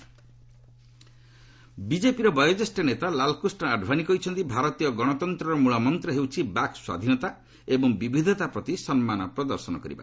BJP Advani ବିଜେପିର ବୟୋଜ୍ୟେଷ ନେତା ଲାଲକୃଷ୍ଣ ଆଡ଼ଭାନୀ କହିଛନ୍ତି ଭାରତୀୟ ଗଣତନ୍ତ୍ରର ମୂଳ ମନ୍ତ ହେଉଛି ବାକ୍ ସ୍ୱାଧୀନତା ଏବଂ ବିବିଧତାପ୍ରତି ସମ୍ମାନ ପ୍ରଦାନ କରିବା